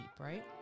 right